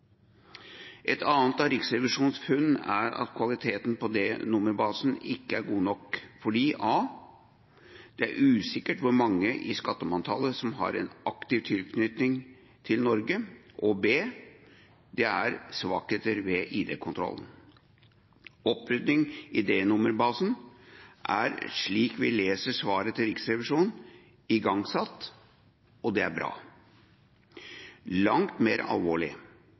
Et annet av Riksrevisjonens funn er at kvaliteten på D-nummerbasen ikke er god nok fordi det er usikkert hvor mange i skattemanntallet som har en aktiv tilknytning til Norge, og det er svakheter ved ID-kontrollen. Opprydding i D-nummerbasen er, slik vi leser svaret til Riksrevisjonen, igangsatt, og det er bra. Langt mer alvorlig,